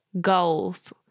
goals